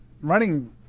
Running